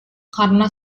karena